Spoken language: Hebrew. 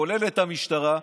כולל את המשטרה,